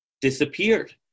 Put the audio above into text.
disappeared